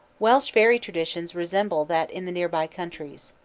welsh fairy tradition resembles that in the near-by countries.